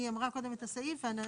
כן, היא אמרה קודם את הסעיף ואני רשמתי.